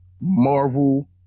Marvel